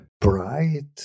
bright